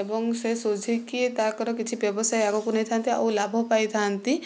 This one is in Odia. ଏବଂ ସେ ସୁଝିକି ତାଙ୍କର କିଛି ବ୍ୟବସାୟ ଆଗକୁ ନେଇଥାନ୍ତି ଆଉ ଲାଭ ପାଇଥାନ୍ତି